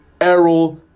Errol